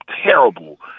terrible